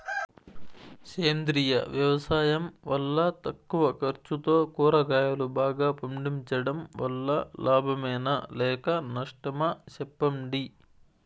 సేంద్రియ వ్యవసాయం వల్ల తక్కువ ఖర్చుతో కూరగాయలు బాగా పండించడం వల్ల లాభమేనా లేక నష్టమా సెప్పండి